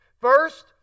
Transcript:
First